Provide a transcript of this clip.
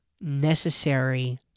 necessary